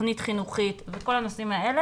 תוכנית חינוכית וכל הנושאים האלה,